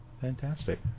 Fantastic